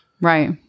Right